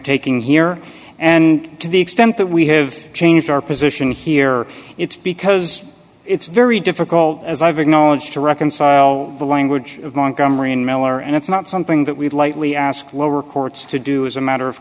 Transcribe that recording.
taking here and to the extent that we have changed our position here it's because it's very difficult as i've acknowledged to reconcile the language of montgomery in miller and it's not something that we lightly ask lower courts to do as a matter of